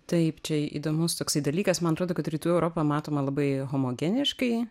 taip čia įdomus toksai dalykas man atrodo kad rytų europa matoma labai homogeniškai